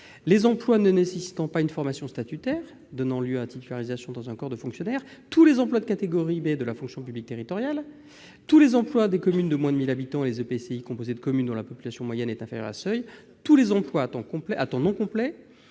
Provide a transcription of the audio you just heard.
les emplois ne nécessitant pas une formation statutaire donnant lieu à titularisation dans un corps de fonctionnaires, tous les emplois de catégorie B de la fonction publique territoriale, tous les emplois des communes de moins de 1 000 habitants et des EPCI composés de communes dont la population moyenne est inférieure à un certain seuil et tous les emplois à temps non complet